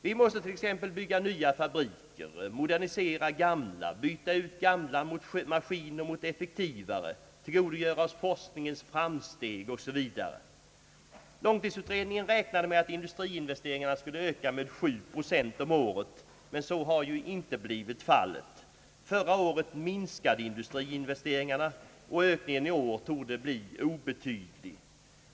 Vi måste t.ex. bygga nya fabriker, modernisera gamla, byta ut gamla maskiner mot effektivare, tillgodogöra oss forskningens framsteg m.m. Långtidsutredningen räknade med att industriinvesteringarna skulle öka med 7 Yo om året, men så har inte blivit fallet. Förra året minskade industriinvesteringarna och ökningen i år torde bli obetydlig.